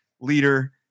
leader